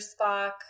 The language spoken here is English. Spock